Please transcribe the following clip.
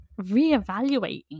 reevaluating